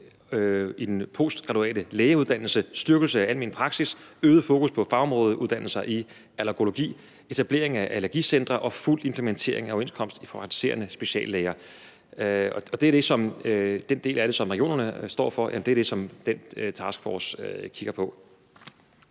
i den postgraduate lægeuddannelse; styrkelse af almen praksis; øget fokus på fagområdeuddannelser i allergologi; etablering af allergicentre; og fuld implementering af overenskomst for praktiserende speciallæger. Den del af det, som regionerne står for, er det, som den taskforce kigger på.